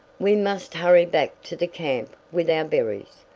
we must hurry back to the camp with our berries,